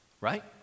right